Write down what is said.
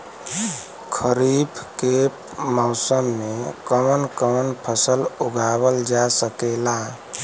खरीफ के मौसम मे कवन कवन फसल उगावल जा सकेला?